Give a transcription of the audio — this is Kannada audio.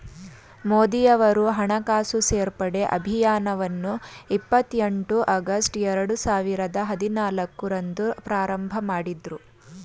ಮೋದಿಯವರು ಹಣಕಾಸು ಸೇರ್ಪಡೆ ಅಭಿಯಾನವನ್ನು ಇಪ್ಪತ್ ಎಂಟು ಆಗಸ್ಟ್ ಎರಡು ಸಾವಿರದ ಹದಿನಾಲ್ಕು ರಂದು ಪ್ರಾರಂಭಮಾಡಿದ್ರು